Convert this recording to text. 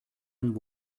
and